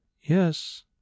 yes